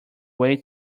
way